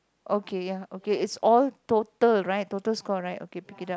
okay ya okay it's all total right total score right okay pick it up